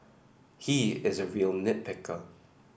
he is a real nit picker